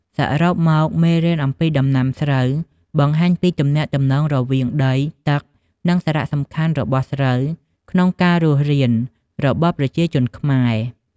សរុបមក មេរៀនអំពីដំណាំស្រូវបង្ហាញពីទំនាក់ទំនងរវាងដី ទឹក និងសារៈសំខាន់របស់ស្រូវក្នុងការរស់រានរបស់ប្រជាជនខ្មែរ។